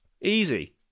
Easy